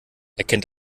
erkennt